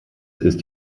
ist